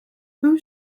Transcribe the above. who